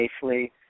safely